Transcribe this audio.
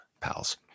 pals